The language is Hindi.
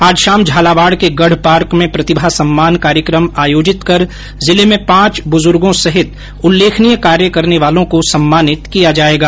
आज शाम झालावाड़ के गढ पार्क में ्रितिभा सम्मान कार्यक्रम आयोजित कर जिले में पाँच बुजुर्गो सहित उल्लेखनीय कार्य करने वालों को सम्मानित किया जाएगा